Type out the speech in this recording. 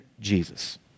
Jesus